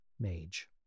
mage